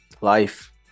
life